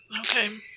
Okay